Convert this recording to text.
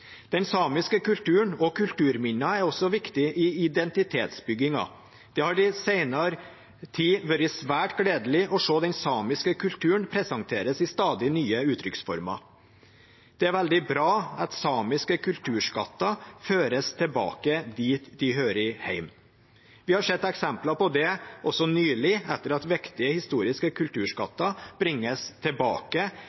Den samiske kulturen og kulturminner er også viktig i identitetsbyggingen. Det har i senere tid vært svært gledelig å se den samiske kulturen presenteres i stadig nye uttrykksformer. Det er veldig bra at samiske kulturskatter føres tilbake dit de hører hjemme. Vi har sett eksempler på det også nylig, etter at viktige historiske